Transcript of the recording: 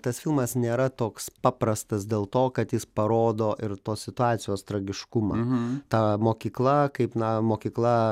tas filmas nėra toks paprastas dėl to kad jis parodo ir tos situacijos tragiškumą ta mokykla kaip na mokykla